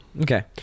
Okay